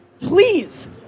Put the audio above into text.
please